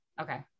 okay